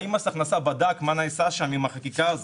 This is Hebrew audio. האם מס הכנסה בדק מה נעשה שם עם החקיקה הזאת?